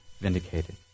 vindicated